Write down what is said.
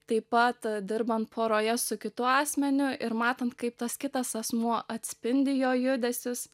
taip pat dirbant poroje su kitu asmeniu ir matant kaip tas kitas asmuo atspindi jo judesius